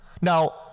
Now